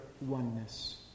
oneness